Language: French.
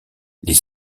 les